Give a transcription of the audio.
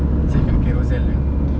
se~ kat Carousell ya